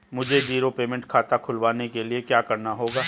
मुझे zero payment खाता खुलवाने के लिए क्या करना होगा?